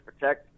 protect